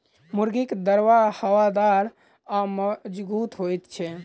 मुर्गीक दरबा हवादार आ मजगूत होइत छै